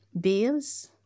bills